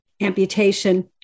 amputation